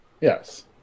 Yes